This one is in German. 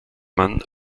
man